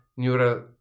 neural